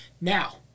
Now